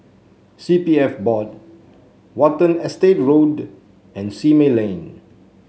C P F Board Watten Estate Road and Simei Lane